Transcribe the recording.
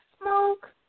smoke